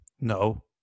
No